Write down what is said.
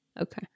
Okay